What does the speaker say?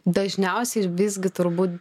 dažniausiai ir visgi turbūt